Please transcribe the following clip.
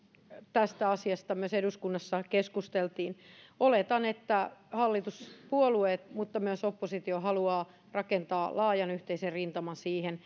tästä asiasta myös eduskunnassa keskusteltiin oletan että hallituspuolueet mutta myös oppositio haluavat rakentaa laajan yhteisen rintaman siihen